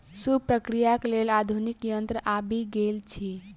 सूप प्रक्रियाक लेल आधुनिक यंत्र आबि गेल अछि